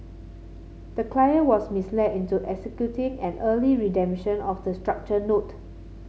the client was misled into executing an early redemption of the structured note